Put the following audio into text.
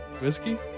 Whiskey